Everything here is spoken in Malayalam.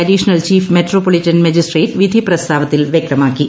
അഡീഷണൽ ചീഫ് മെട്രോപൊളിറ്റൻ മജിസ്ട്രേറ്റ് വിധി പ്രസ്താവത്തിൽ വൃക്തമാക്കി